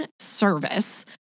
service